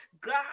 God